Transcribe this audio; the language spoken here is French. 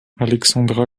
alexandra